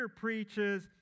preaches